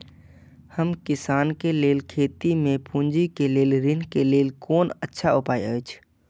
हम किसानके लेल खेती में पुंजी के लेल ऋण के लेल कोन अच्छा उपाय अछि?